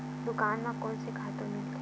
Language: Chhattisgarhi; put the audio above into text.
दुकान म कोन से खातु मिलथे?